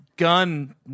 Gun